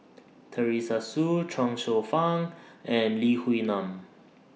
Teresa Hsu Chuang Hsueh Fang and Lee Wee Nam